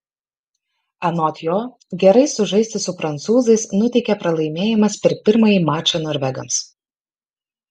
anot jo gerai sužaisti su prancūzais nuteikė pralaimėjimas per pirmąjį mačą norvegams